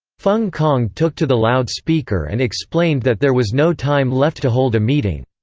feng congde took to the loudspeaker and explained that there was no time left to hold a meeting.